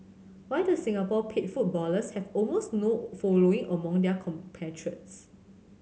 why do Singapore paid footballers have almost no following among their compatriots